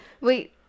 Wait